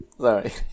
Sorry